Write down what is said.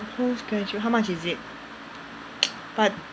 postgradu~ how much is it but